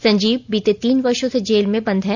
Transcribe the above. संजीव बीते तीन वर्षो से जेल में बंद हैं